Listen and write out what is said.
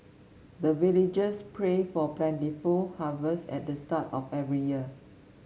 the villagers pray for plentiful harvest at the start of every year